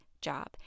job